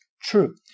true